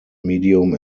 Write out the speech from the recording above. medium